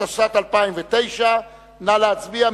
התשס"ט 2009. נא להצביע,